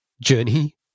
journey